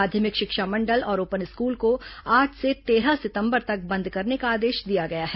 माध्यमिक शिक्षा मंडल और ओपन स्कूल को आज से तेरह सितंबर तक बंद करने का आदेश दिया गया है